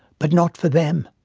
but not for them,